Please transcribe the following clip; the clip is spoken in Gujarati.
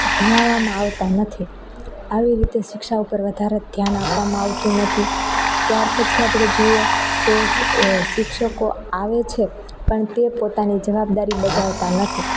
ભણાવવામાં આવતા નથી આવી રીતે શિક્ષા ઉપર વધારે ધ્યાન આપવામાં આવતું નથી ત્યાર પછી આપણે જોઈએ તો શિક્ષકો આવે છે પણ તે પોતાની જવાબદારી બજાવતા નથી